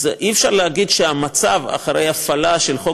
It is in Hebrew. אז אי-אפשר להגיד שהמצב אחרי הפעלה של חוק